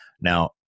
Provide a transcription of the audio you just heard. Now